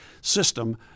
system